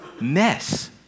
mess